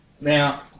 Now